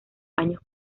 años